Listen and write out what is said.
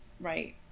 right